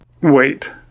Wait